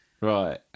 right